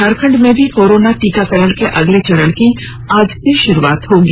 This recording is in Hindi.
झारखंड में भी कोराना टीकाकरण के अगले चरण की आज से शुरुआत होगी